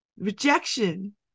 Rejection